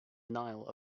nile